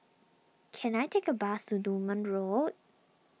can I take a bus to Durban Road